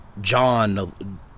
John